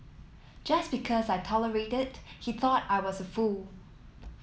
just because I tolerated he thought I was a fool